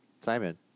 Simon